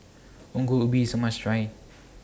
Ongol Ubi IS A must Try